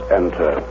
enter